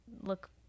look